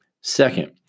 Second